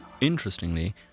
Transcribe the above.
Interestingly